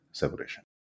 separation